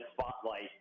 spotlight